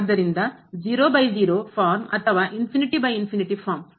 ಆದ್ದರಿಂದ ಫಾರ್ಮ್ ಅಥವಾ ಫಾರ್ಮ್